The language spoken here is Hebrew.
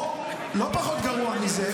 או לא פחות גרוע מזה,